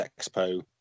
expo